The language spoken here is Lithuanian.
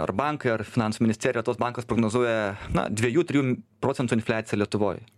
ar bankai ar finansų ministerija tuos bankus prognozuoja na dviejų trijų procentų infliacija lietuvoj